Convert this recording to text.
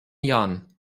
jahren